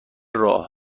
راه